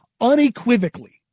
unequivocally